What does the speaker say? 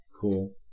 Cool